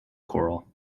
coral